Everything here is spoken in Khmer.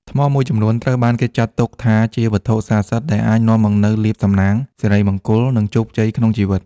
ថ្មមួយចំនួនត្រូវបានគេចាត់ទុកថាជាវត្ថុស័ក្តិសិទ្ធិដែលអាចនាំមកនូវលាភសំណាង សិរីមង្គល និងជោគជ័យក្នុងជីវិត។